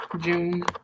June